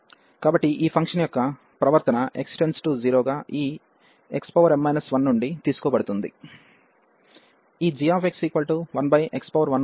కాబట్టి ఈ ఫంక్షన్ యొక్క ప్రవర్తన x→0 గా ఈ xm 1నుండి తీసుకోబడుతుంది